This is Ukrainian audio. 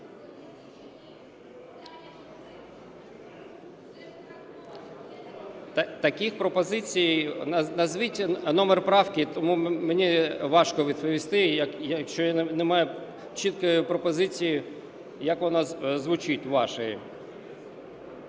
Таких пропозицій… Назвіть номер правки. Тому мені важко відповісти, якщо не має чіткої вашої пропозиції, як вона звучить.